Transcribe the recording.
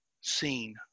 seen